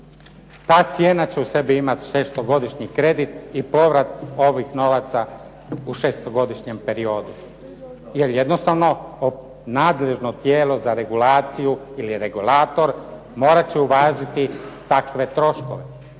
Ta cijena će u sebi imat šestogodišnji kredit i povrat ovih novaca u šestogodišnjem periodu, jer jednostavno nadležno tijelo za regulaciju ili regulator morat će uvažiti takve troškove.